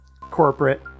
corporate